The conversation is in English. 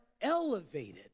elevated